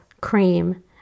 cream